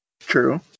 True